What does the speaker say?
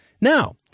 Now